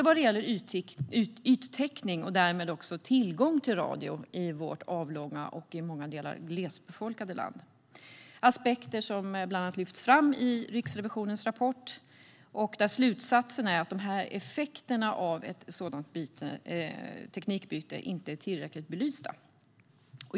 Det gäller yttäckning och därmed tillgång till radio i vårt avlånga och i många delar glesbefolkade land. Det är aspekter som bland annat lyfts fram i Riksrevisionens rapport. Slutsatsen är att effekterna av ett sådant teknikbyte inte är tillräckligt belysta.